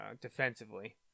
defensively